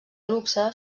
luxe